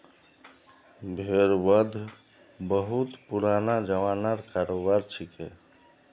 भेड़ वध बहुत पुराना ज़मानार करोबार छिके